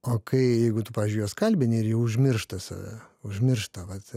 o kai jeigu tu pavyzdžiui juos kalbini ir jie užmiršta save užmiršta vat